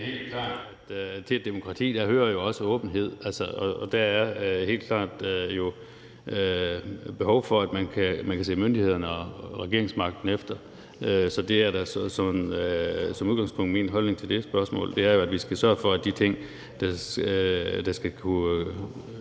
helt klart, at til et demokrati hører jo også åbenhed. Og der er helt klart behov for, at man kan se myndighedsmagten og regeringen efter. Så min holdning til det spørgsmål er jo som udgangspunkt, at vi skal sørge for, at de ting, der skal kunne